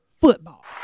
football